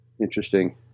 Interesting